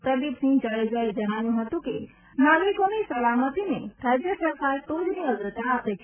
પ્રદીપસિંહ જાડેજાએ જણાવ્યું હતું કે નાગરિકોની સલામતીને રાજ્ય સરકાર ટોચની અગ્રતા આપે છે